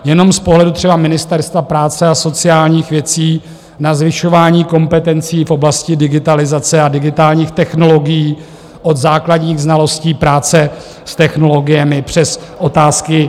Jenom z pohledu třeba Ministerstva práce a sociálních věcí na zvyšování kompetencí v oblasti digitalizace a digitálních technologií od základních znalostí práce z technologiemi přes otázky